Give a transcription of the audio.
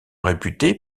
réputé